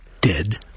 dead